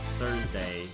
thursday